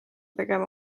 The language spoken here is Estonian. tegema